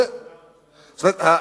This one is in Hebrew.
זאת אומרת,